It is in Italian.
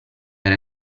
per